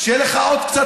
אני רוצה עוד דקה.